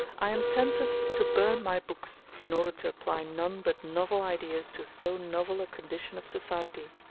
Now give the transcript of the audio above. i am tempted to burn my books, in order to apply none but novel ideas to so novel a condition of society.